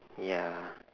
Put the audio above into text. ya